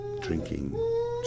drinking